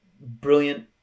brilliant